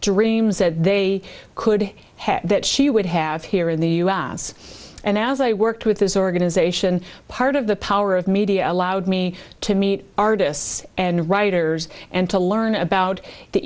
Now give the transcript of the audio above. dreams that they could have that she would have here in the u s and as i worked with this organization part of the power of media allowed me to meet artists and writers and to learn about the